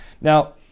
Now